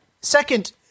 Second